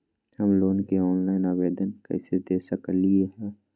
हम लोन के ऑनलाइन आवेदन कईसे दे सकलई ह?